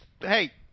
hey